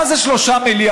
מה זה 3 מיליארד?